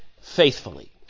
faithfully